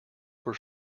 were